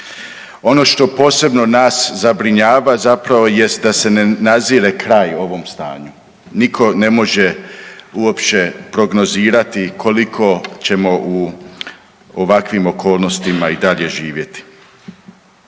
Ono što posebno nas zabrinjava zapravo jest da se ne nazire kraj ovom stanju. Nitko ne može uopće prognozirati koliko ćemo u ovakvim okolnostima i dalje živjeti.